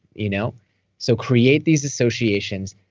you know so create these associations.